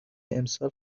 امسال